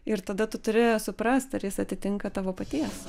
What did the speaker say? ir tada tu turi suprast ar jis atitinka tavo paties